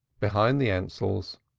behind the ansells,